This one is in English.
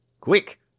Quick